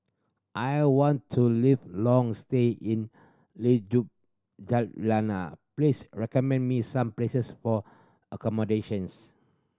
I want to live a long stay in please recommend me some places for accommodations